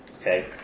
Okay